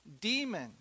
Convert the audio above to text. demon